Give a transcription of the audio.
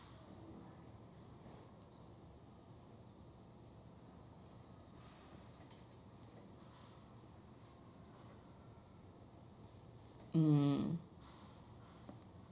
mm